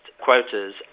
quotas